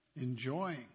enjoying